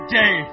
day